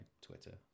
twitter